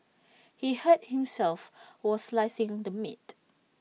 he hurt himself while slicing the meat